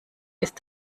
ist